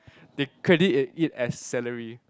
they credit it as salary